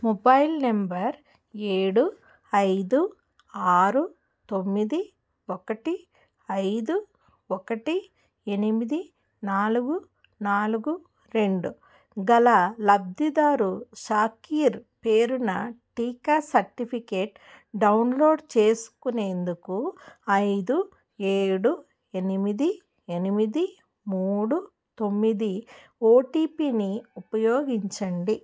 mobile number ఏడు ఐదు ఆరు తొమ్మిది ఒకటి ఐదు ఒకటి ఎనిమిది నాలుగు నాలుగు రెండు గల లబ్ధిదారు షాకీర్ పేరున టీకా సర్టిఫికేట్ డౌన్లోడ్ చేసుకునేందుకు ఐదు ఏడు ఎనిమిది ఎనిమిది మూడు తొమ్మిది ఓటీపీని ఉపయోగించండి